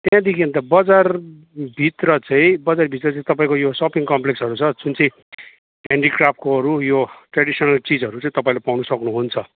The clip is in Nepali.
त्यहाँदेखि अन्त बजारभित्र चाहिँ बजारभित्र चाहिँ तपाईँको यो सपिङ कम्प्लेक्सहरू छ जुन चाहिँ हेन्डिक्राफ्टकोहरू यो टेडिसनल चिजहरू चाहिँ तपाईँले पाउन सक्नुहुन्छ